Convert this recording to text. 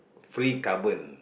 free carbon